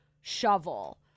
shovel